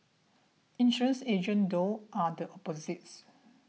insurance agents though are the opposite